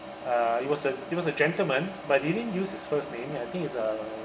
uh it was a it was a gentleman but didn't use his first name I think it's uh